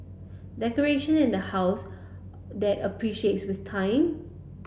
decoration in the house that appreciates with time